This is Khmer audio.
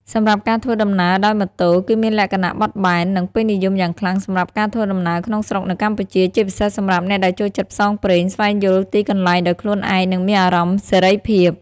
សម្រាប់ការធ្វើដំណើរដោយ ម៉ូតូ គឺមានលក្ខណៈបត់បែន និងពេញនិយមយ៉ាងខ្លាំងសម្រាប់ការធ្វើដំណើរក្នុងស្រុកនៅកម្ពុជា ជាពិសេសសម្រាប់អ្នកដែលចូលចិត្តផ្សងព្រេង ស្វែងយល់ទីកន្លែងដោយខ្លួនឯង និងមានអារម្មណ៍សេរីភាព។